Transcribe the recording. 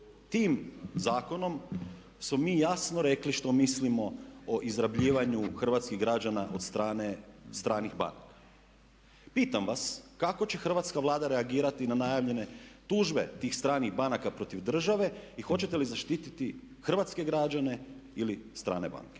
Tim zakonom smo mi jasno rekli što mi mislimo o izrabljivanju hrvatskih građana od strane stranih banaka. Pitam vas kako će hrvatska Vlada reagirati na najavljene tužbe tih stranih banaka protiv države i hoćete li zaštiti hrvatske građane ili strane banke?